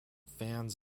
fans